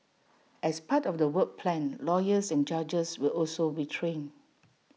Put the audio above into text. as part of the work plan lawyers and judges will also be trained